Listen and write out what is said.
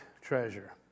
treasure